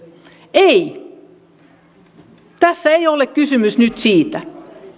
ei tässä ei ole kysymys nyt siitä